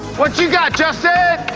what you got, justin?